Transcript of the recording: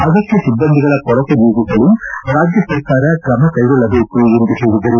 ಅಗತ್ಯ ಸಿಬ್ಬಂದಿಗಳ ಕೊರತೆ ನೀಗಿಸಲು ರಾಜ್ಯ ಸರ್ಕಾರ ಕ್ರಮ ಕೈಗೊಳ್ಳಬೇಕು ಎಂದು ಹೇಳಿದರು